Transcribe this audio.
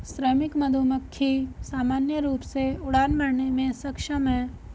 श्रमिक मधुमक्खी सामान्य रूप से उड़ान भरने में सक्षम हैं